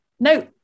No